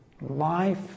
life